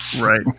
Right